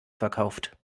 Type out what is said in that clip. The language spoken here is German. verkauft